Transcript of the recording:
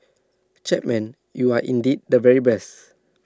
Chapman you are indeed the very best